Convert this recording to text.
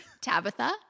Tabitha